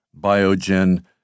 Biogen